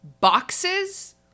boxes